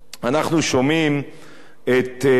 אנחנו שומעים את,